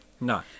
No